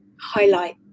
highlight